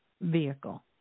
vehicle